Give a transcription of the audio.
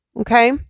Okay